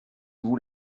vous